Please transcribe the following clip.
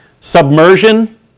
submersion